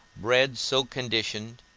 bread so conditioned,